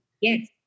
Yes